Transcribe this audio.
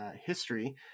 history